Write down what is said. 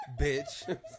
Bitch